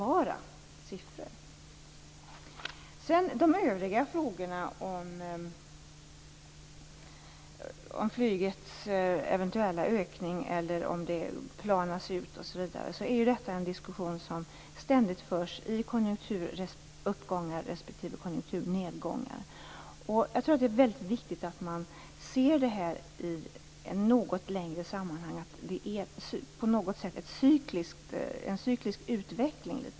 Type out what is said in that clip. När det gäller de övriga frågorna om flygets eventuella ökning eller utplaning är det en diskussion som ständigt förs i konjunkturuppgångar respektive konjunkturnedgångar. Jag tror att det är väldigt viktigt att man ser det här i ett något längre sammanhang. Det är på något sätt litet grand av en cyklisk utveckling.